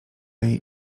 jej